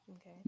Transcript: okay